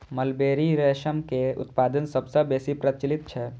mulberry रेशम के उत्पादन सबसं बेसी प्रचलित छै